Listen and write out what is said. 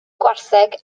gwartheg